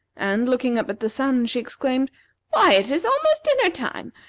and looking up at the sun, she exclaimed why, it is almost dinner-time!